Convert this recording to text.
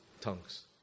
tongues